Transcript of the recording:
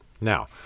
now